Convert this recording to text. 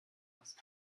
aus